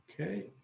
Okay